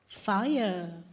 Fire